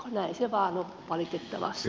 näin se vain on valitettavasti